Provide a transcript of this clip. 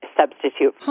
substitute